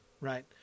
Right